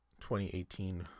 2018